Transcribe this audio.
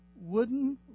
wooden